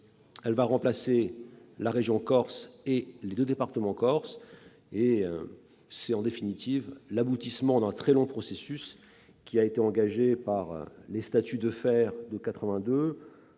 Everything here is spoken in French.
ans, va remplacer la région Corse et les deux départements corses. C'est en définitive l'aboutissement d'un très long processus, engagé par les statuts Defferre,